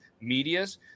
medias